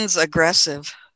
aggressive